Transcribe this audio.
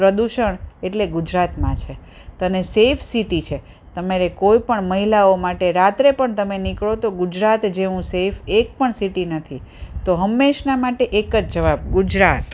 પ્રદૂષણ એટલે ગુજરાતમાં છે તને સેફ સિટી છે તમારે કોઈપણ મહિલાઓ માટે રાત્રે પણ તમે નીકળો તો ગુજરાત જેવું સેફ એકપણ સિટી નથી તો હંમેશના માટે એક જ જવાબ ગુજરાત